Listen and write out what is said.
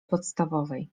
podstawowej